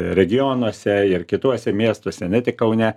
regionuose ir kituose miestuose ne tik kaune